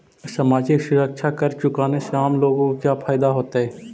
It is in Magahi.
सामाजिक सुरक्षा कर चुकाने से आम लोगों को क्या फायदा होतइ